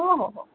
हो हो हो